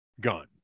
gun